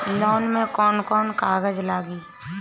Loan में कौन कौन कागज लागी?